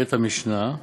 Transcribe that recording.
קטע משנה,